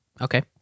okay